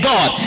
God